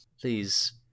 Please